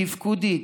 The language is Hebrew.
תפקודית,